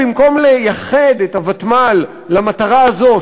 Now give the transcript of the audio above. במקום לייחד את הוותמ"ל למטרה הזאת,